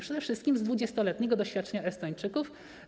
Przede wszystkim z 20-letniego doświadczenia Estończyków.